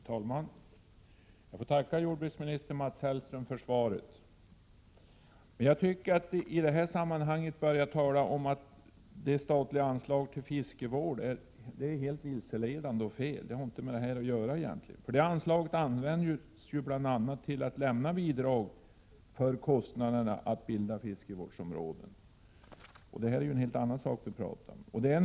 Herr talman! Jag får tacka jordbruksminister Mats Hellström för svaret. Att i detta sammanhang tala om det statliga anslaget till fiskevård är helt vilseledande. Det har egentligen inte med problemet att göra. Detta anslag används ju bl.a. för bidrag till kostnaderna för att bilda fiskevårdsområden. Det är en helt annan sak än det jag avsåg i min interpellation.